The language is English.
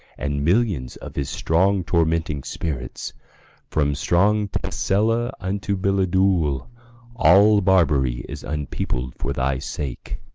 and millions of his strong tormenting spirits from strong tesella unto biledull all barbary is unpeopled for thy sake.